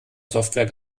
software